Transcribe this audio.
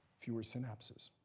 fewer synapses.